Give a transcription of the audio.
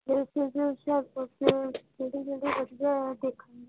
places Hoshiarpur 'ਚ ਕਿਹੜੇ ਕਿਹੜੇ ਵਧੀਆ ਦੇਖਣ ਨੂੰ